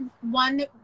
one